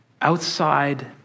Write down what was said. Outside